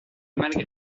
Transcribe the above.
malgré